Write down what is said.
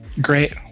Great